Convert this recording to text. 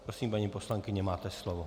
Prosím, paní poslankyně, máte slovo